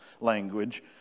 language